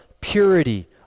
purity